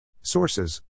Sources